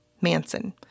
Manson